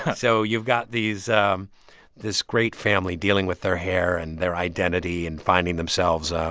so you've got these um this great family dealing with their hair and their identity and finding themselves.